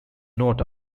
note